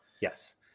Yes